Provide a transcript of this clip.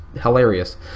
hilarious